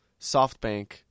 SoftBank